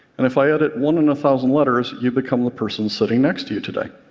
and if i edit one in a thousand letters, you become the person sitting next to you today.